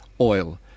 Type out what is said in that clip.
oil